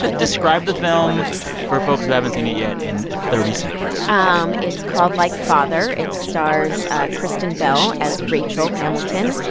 describe the film for folks who haven't seen it yet in thirty seconds um it's called like father. it stars kristen bell as rachel hamilton,